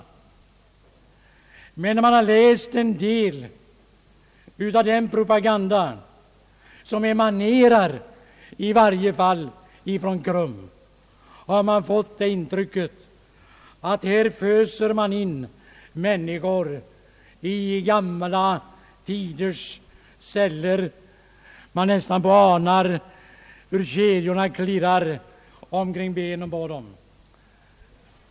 När man emellertid har läst en del av den propaganda som emanerar från KRUM, har man fått intrycket att de anser att människor alltjämt föses in i gamla tiders celler. Man nästan anar hur kedjorna rasslar kring benen på dem.